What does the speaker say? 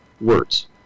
words